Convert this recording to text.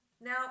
Now